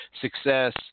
success